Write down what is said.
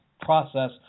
process